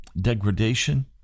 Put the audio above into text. degradation